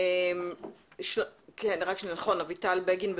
אביטל בגין,